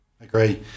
agree